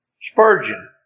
Spurgeon